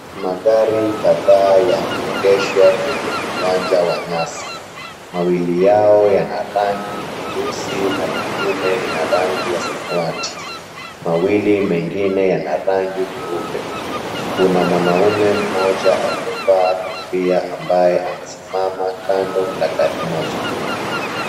Magari kadhaa yameegeshwa kwenye uwanja wa nyasi, mawili yao yana rangi nyeusi na lengine lina rangi ya samawati, mawili mengine yana rangi nyeupe, kuna mwanaume mmoja aliyevaa kofia ambae amesimama kando na gari moja.